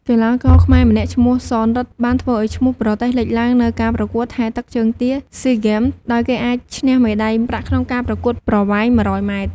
កីឡាករខ្មែរម្នាក់ឈ្មោះ ស៊ន រិទ្ធិ បានធ្វើឱ្យឈ្មោះប្រទេសលេចឡើងនៅការប្រកួតហែលទឹកជើងទា SEA Games ដោយគេអាចឈ្នះមេដាយប្រាក់ក្នុងការប្រកួតប្រវែង ១០០ម៉ែត្រ។